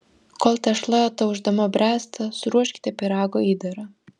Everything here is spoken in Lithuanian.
kol tešla ataušdama bręsta suruoškite pyrago įdarą